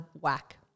whack